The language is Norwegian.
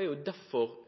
et